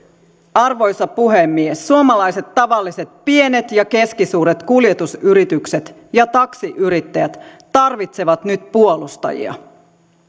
arvoisa puhemies suomalaiset tavalliset pienet ja keskisuuret kuljetusyritykset ja taksiyrittäjät tarvitsevat nyt puolustajia